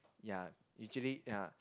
ya usually ya